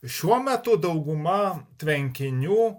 šiuo metu dauguma tvenkinių